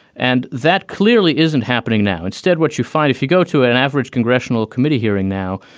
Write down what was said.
and that clearly isn't happening now. instead, what you find if you go to an average congressional committee hearing now,